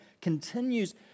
Continues